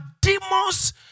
demons